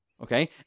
Okay